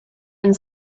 and